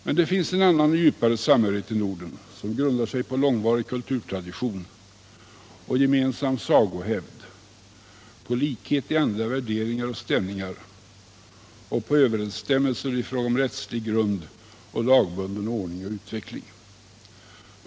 Men det finns också en annan och djupare samstämmighet i Norden, vilken grundar sig på långvarig kulturtradition och gemensam sagohävd, på likhet i andliga värderingar och stämningar och på överensstämmelser i fråga om rättslig grund och lagbunden ordning och utveckling.